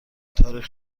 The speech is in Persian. تاریخ